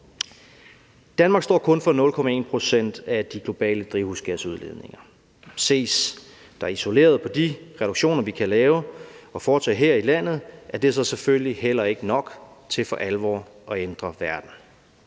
Danmark står kun for 0,1 pct. af de globale drivhusgasudledninger. Ses der isoleret på de reduktioner, vi kan foretage her i landet, så er det selvfølgelig heller ikke nok til for alvor at ændre verden,